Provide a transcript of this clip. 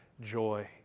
joy